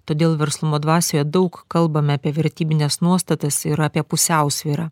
todėl verslumo dvasioje daug kalbame apie vertybines nuostatas ir apie pusiausvyrą